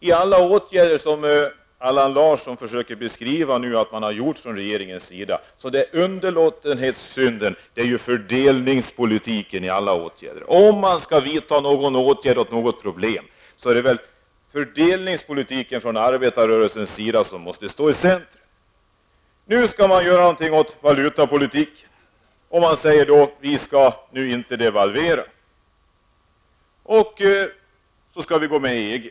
I alla de åtgärder som Allan Larsson säger att regeringen har vidtagit är fördelningspolitiken underlåtenhetssynden. Om man skall vidta någon åtgärd mot något problem är det väl fördelningspolitiken till förmån för arbetarrörelsen som måste stå i centrum. Nu skall regeringen göra någonting åt valutapolitiken, och Allan Larsson säger att vi inte skall devalvera och att vi skall gå med i EG.